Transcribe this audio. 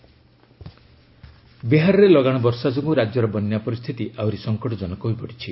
Bihar flood ବିହାରରେ ଲଗାଶ ବର୍ଷା ଯୋଗୁଁ ରାଜ୍ୟର ବନ୍ୟା ପରିସ୍ଥିତି ଆହୁରି ସଙ୍କଟଜନକ ହୋଇପଡ଼ିଛି